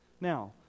now